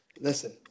Listen